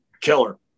killer